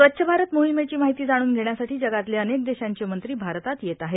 स्वच्छ भारत मोहिमेची माहिती जाणून घेण्यासाठी जगातले अनेक देशांचे मंत्री भारतात येत आहेत